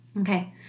Okay